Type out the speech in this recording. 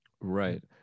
Right